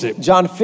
John